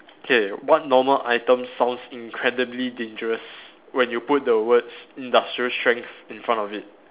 okay what normal items sounds incredibly dangerous when you put the words industrial strength in front of it